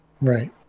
Right